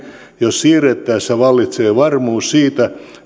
siirrettäessä vallitsee varmuus siitä